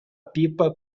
pipa